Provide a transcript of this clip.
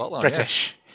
British